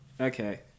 Okay